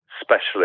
specialist